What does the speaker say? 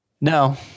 No